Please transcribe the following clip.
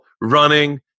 running